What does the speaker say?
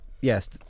yes